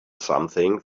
something